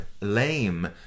lame